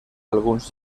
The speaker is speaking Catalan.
alguns